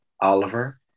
Oliver